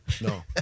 no